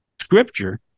Scripture